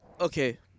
okay